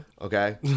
Okay